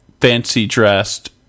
fancy-dressed